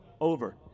Over